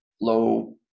low